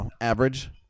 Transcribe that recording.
average